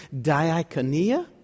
diakonia